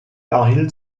erhielt